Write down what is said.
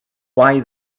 why